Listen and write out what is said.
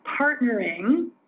partnering